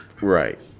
Right